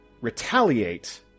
retaliate